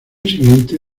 siguiente